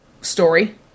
story